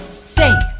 safe!